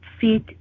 fit